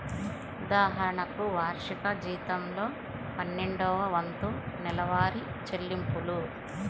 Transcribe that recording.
ఉదాహరణకు, వార్షిక జీతంలో పన్నెండవ వంతు నెలవారీ చెల్లింపులు